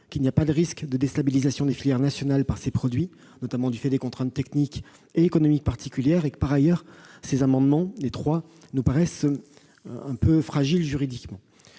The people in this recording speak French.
il n'y a pas de risque de déstabilisation des filières nationales par ces produits, notamment du fait des contraintes techniques et économiques particulières. Enfin, ces amendements nous paraissent un peu fragiles juridiquement.